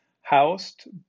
housed